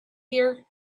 here